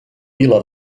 vila